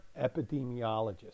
epidemiologist